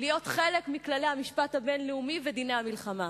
להיות חלק מכללי המשפט הבין-לאומי ודיני מלחמה.